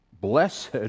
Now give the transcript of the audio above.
blessed